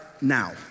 now